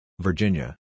Virginia